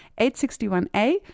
861a